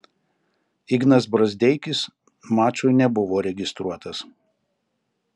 ignas brazdeikis mačui nebuvo registruotas